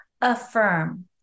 Affirm